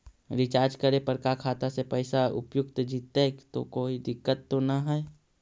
Recharge करे पर का खाता से पैसा उपयुक्त जितै तो कोई दिक्कत तो ना है?